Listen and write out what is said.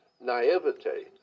naivete